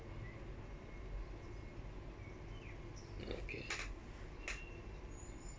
okay